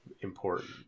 important